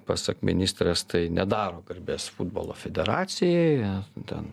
pasak ministrės tai nedaro garbės futbolo federacijai ten